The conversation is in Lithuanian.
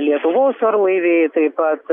lietuvos orlaiviai taip pat